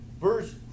Verse